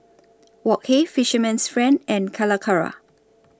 Wok Hey Fisherman's Friend and Calacara